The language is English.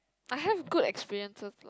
I have good experiences